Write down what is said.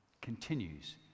continues